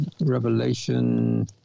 Revelation